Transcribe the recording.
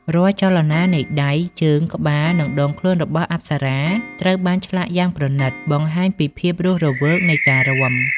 រាល់ចលនានៃដៃ ជើង ក្បាល និងដងខ្លួនរបស់អប្សរា ត្រូវបានឆ្លាក់យ៉ាងប្រណីត បង្ហាញពីភាពរស់រវើកនៃការរាំ។